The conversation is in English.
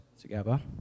together